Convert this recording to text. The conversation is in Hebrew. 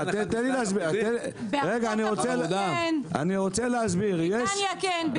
בארצות הברית כן, בבריטניה כן.